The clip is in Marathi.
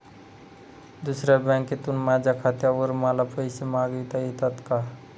दुसऱ्या बँकेतून माझ्या खात्यावर मला पैसे मागविता येतात का?